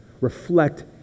reflect